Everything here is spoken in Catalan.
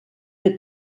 que